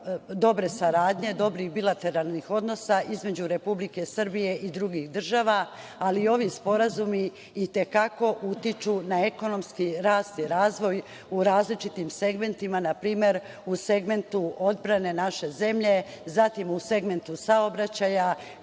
dobre saradnje, dobrih bilateralnih odnosa između Republike Srbije i drugih država. Ali, ovi sporazumi i te kako utiču na ekonomski rast i razvoj u različitim segmentima, npr, u segmentu odbrane naše zemlje, zatim u segmentu saobraćaja,